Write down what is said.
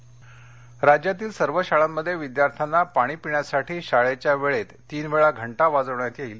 शाळा राज्यातील सर्व शाळांमध्ये विद्यार्थ्यांना पाणी पिण्यासाठी शाळेच्या वेळेततीनवेळा घंटा वाजविण्यात येईल